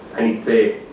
and he'd say,